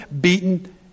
beaten